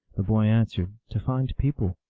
the boy answered, to find people.